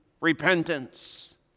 repentance